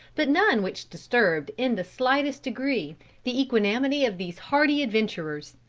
but none which disturbed in the slightest degree the equanimity of these hardy adventurers.